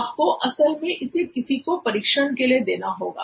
आपको असल में इसे किसी को परीक्षण के लिए देना होगा